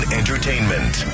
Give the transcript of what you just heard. entertainment